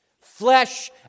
flesh